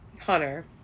Hunter